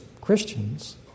Christians